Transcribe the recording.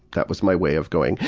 that was my way of going,